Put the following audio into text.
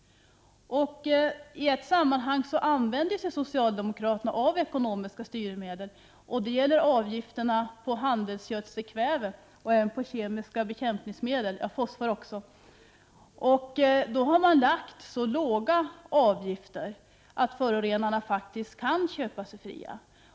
I ett sammanhang har socialdemokraterna använt sig av ekonomiska styrmedel. Det gällde avgifterna för handelsgödselkväve, kemiska bekämpningsmedel och även fosfor. Man satte då avgifterna så lågt att förorenarna faktiskt kunde köpa sig fria.